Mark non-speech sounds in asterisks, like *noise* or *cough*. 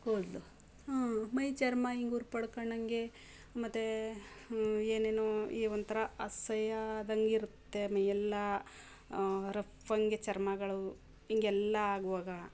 ಕೂದಲು ಮೈ ಚರ್ಮ ಹಿಂಗ್ *unintelligible* ಮತ್ತೆ ಏನೇನೊ ಈ ಒಂಥರ ಅಸಹ್ಯ ಆದಂಗಿರುತ್ತೆ ಮೈಯೆಲ್ಲ ರಫ್ ಹಂಗೆ ಚರ್ಮಗಳು ಹಿಂಗೆಲ್ಲ ಆಗುವಾಗ